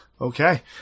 Okay